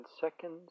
seconds